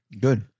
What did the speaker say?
Good